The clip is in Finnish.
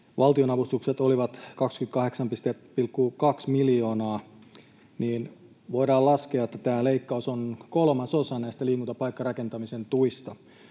vuonna 23 olivat 28,2 miljoonaa, niin voidaan laskea, että tämä leikkaus on kolmasosa näistä liikuntapaikkarakentamisen tuista.